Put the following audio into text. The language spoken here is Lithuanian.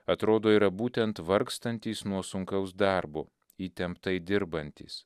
atrodo yra būtent vargstantys nuo sunkaus darbo įtemptai dirbantys